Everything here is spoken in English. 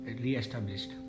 re-established